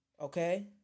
Okay